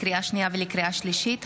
לקריאה שנייה ולקריאה שלישית,